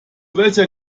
welcher